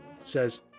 says